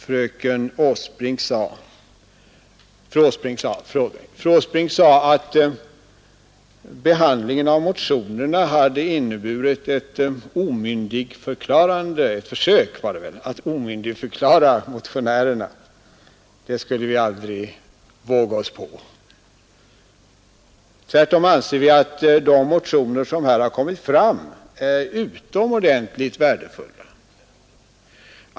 Fru Åsbrink sade att behandlingen av motionerna hade inneburit ett försök att omyndigförklara motionärerna. Det skulle vi aldrig våga oss på. Vi anser tvärtom att de motioner som har väckts är utomordentligt värdefulla.